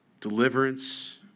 deliverance